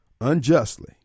unjustly